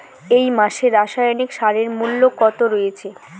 এই মাসে রাসায়নিক সারের মূল্য কত রয়েছে?